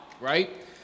right